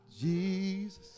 jesus